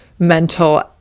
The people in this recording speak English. mental